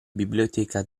biblioteca